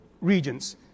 regions